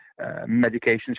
medications